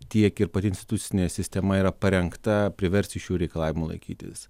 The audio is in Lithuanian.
tiek ir pati institucinė sistema yra parengta priversti šių reikalavimų laikytis